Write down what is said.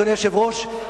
אדוני היושב-ראש,